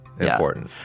important